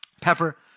pepper